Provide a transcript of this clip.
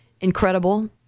incredible